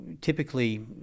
typically